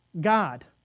God